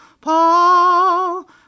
Paul